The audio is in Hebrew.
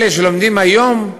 אלה שלומדים היום,